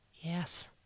Yes